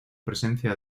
presencia